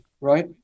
right